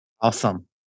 Awesome